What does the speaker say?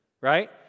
right